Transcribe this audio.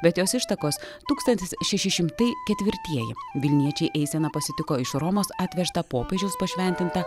bet jos ištakos tūkstantis šeši šimtai ketvirtieji vilniečiai eiseną pasitiko iš romos atvežtą popiežiaus pašventintą